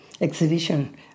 exhibition